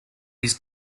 his